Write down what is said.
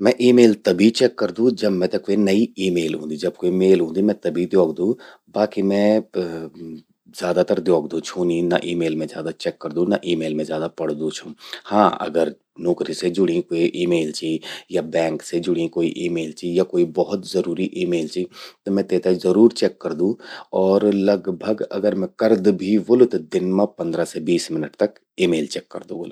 मैं ईमेल तभी चेक करदूं, जब मेते क्वे नई ईमेल ऊंदि। जब क्वे मेल ऊंदि मैं तभी द्योखदूं। बाकी मैं ज्यादातर द्योखदूं छूं नि, ना ई मेल मैं ज्यादा चेक करदूं, ना ईमेल मैं ज्यादा पड़दूं छूं। हां...अगर नौकरि से जुड़्यीं क्वे ईमेल चि, या बैंक से जुड़्यीं क्वे ई मेल चि, कोई बहुत जरूरी ई मेल चि, त मैं तेते जरूर चेक करदूं। और लगभग अगर मैं करद भी व्होलु त दिन मां पंद्रह से बीस मिनट तक ई मेल चेक कर्द व्होलु।